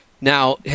Now